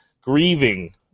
grieving